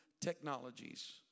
technologies